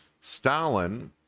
Stalin